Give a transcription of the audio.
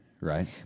right